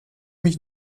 mich